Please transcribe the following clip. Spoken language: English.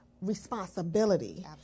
responsibility